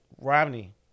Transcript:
Romney